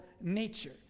nature